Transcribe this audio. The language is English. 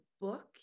book